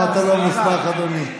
פה אתה לא מוסמך, אדוני.